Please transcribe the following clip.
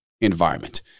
environment